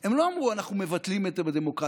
הם לא אמרו: אנחנו מבטלים את הדמוקרטיה,